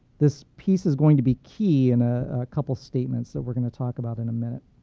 this piece is going to be key in a couple statements that we're going to talk about in a minute.